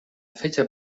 fecha